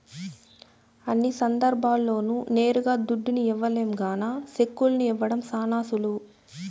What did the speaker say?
అన్ని సందర్భాల్ల్లోనూ నేరుగా దుడ్డుని ఇవ్వలేం గాన సెక్కుల్ని ఇవ్వడం శానా సులువు